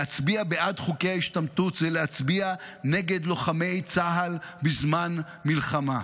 להצביע בעד חוקי ההשתמטות זה להצביע נגד לוחמי צה"ל בזמן מלחמה,